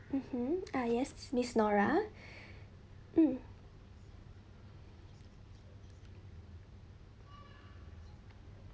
mmhmm ah yes miss nora mm